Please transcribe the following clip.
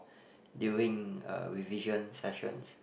during uh revision sessions